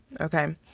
okay